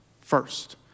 first